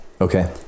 Okay